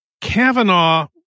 Kavanaugh